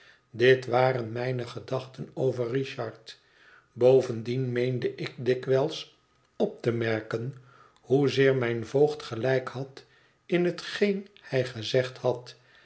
dit waren mijne gedachten over richard bovendien meende ik dikwijls op te merken hoezeer mijn voogd gelijk had in hetgeen hij gezegd had